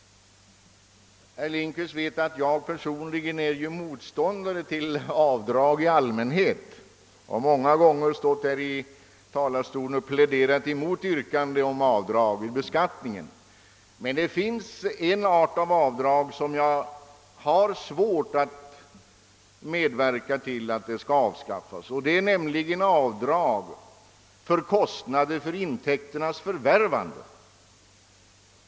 Herr Lindkvist vet att jag personligen är motståndare till avdrag i allmänhet, och jag har många gånger från denna talarstol pläderat mot yrkanden om avdrag vid beskattning. Men det finns en art av avdrag som jag har svårt att medverka till att avskaffa, nämligen avdrag för kostnader för intäkternas förvärvande.